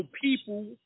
people